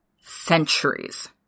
centuries